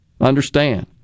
understand